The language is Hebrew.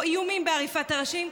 או איומים בעריפת ראשים,